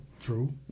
True